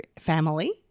family